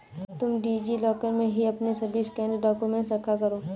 तुम DigiLocker में ही अपने सभी स्कैंड डाक्यूमेंट रखा करो